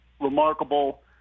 remarkable